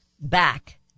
back